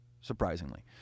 surprisingly